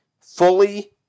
fully